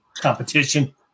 competition